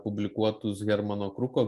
publikuotus hermano kruko